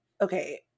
Okay